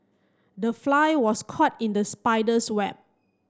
the fly was caught in the spider's web